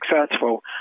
successful